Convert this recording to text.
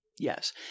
Yes